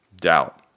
doubt